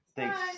Thanks